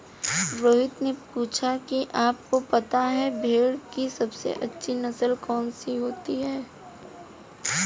रोहित ने पूछा कि आप को पता है भेड़ की सबसे अच्छी नस्ल कौन सी होती है?